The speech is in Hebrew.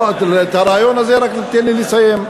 את הרעיון הזה רק תיתן לי לסיים.